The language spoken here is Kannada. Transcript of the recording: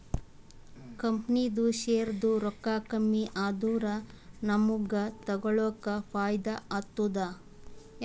ಕಂಪನಿದು ಶೇರ್ದು ರೊಕ್ಕಾ ಕಮ್ಮಿ ಆದೂರ ನಮುಗ್ಗ ತಗೊಳಕ್ ಫೈದಾ ಆತ್ತುದ